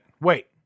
wait